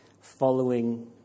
following